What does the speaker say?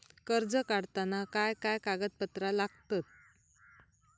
कर्ज काढताना काय काय कागदपत्रा लागतत?